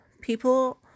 people